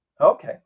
Okay